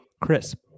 crisp